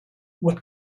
what